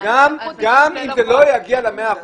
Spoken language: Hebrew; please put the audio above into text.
גם אם זה לא יגיע למאה אחוז.